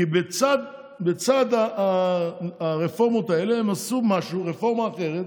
כי בצד הרפורמות האלה הם עשו רפורמה אחרת